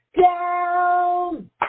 down